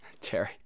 Terry